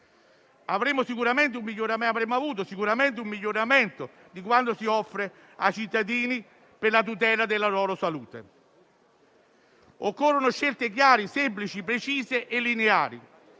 Avremmo avuto sicuramente un miglioramento di quanto si offre a cittadini per la tutela della loro salute. Occorrono scelte chiare, semplici, precise e lineari